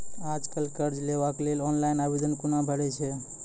आज कल कर्ज लेवाक लेल ऑनलाइन आवेदन कूना भरै छै?